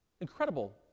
incredible